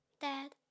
Dad